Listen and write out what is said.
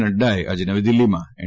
નડ્ડાએ આજે નવી દિલ્ફીમાં એન